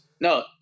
No